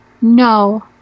No